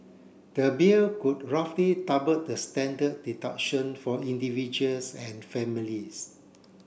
the bill would roughly double the standard deduction for individuals and families